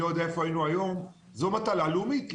אני לא יודע איפה היינו היום - זו מטלה לאומית,